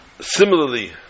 similarly